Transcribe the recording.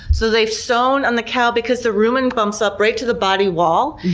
so they've sown on the cow, because the rumen bumps up right to the body wall,